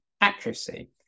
accuracy